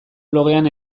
blogean